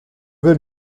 vais